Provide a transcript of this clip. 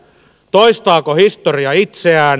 toistaako historia itseään